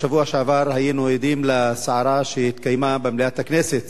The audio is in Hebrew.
בשבוע שעבר היינו עדים לסערה שהתקיימה במליאת הכנסת